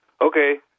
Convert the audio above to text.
okay